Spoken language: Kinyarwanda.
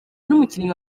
n’umukinnyi